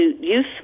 Youth